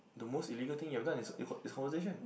the most illegal thing you have done is this conversation